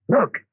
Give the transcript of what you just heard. Look